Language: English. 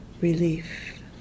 relief